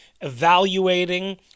evaluating